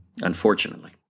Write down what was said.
unfortunately